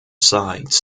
sides